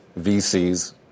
VCs